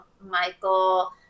Michael